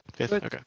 Okay